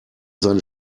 seine